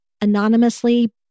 anonymously